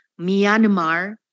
Myanmar